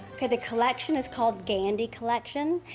the collection is called gandy collection.